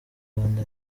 rwanda